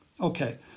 Okay